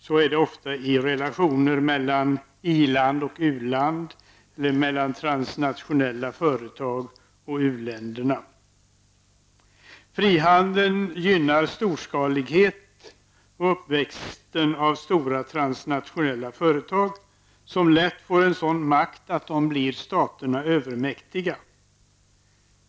Så är det ofta i relationer mellan i-land och u-land eller mellan transnationella företag och u-länderna. Frihandeln gynnar storskalighet och uppväxten av stora transnationella företag som lätt får sådan makt att de blir staterna övermäktiga.